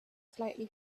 slightly